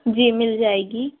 جی مل جائے گی